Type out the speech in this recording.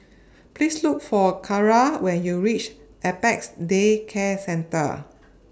Please Look For Keara when YOU REACH Apex Day Care Centre